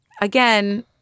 Again